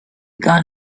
gun